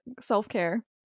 self-care